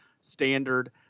standard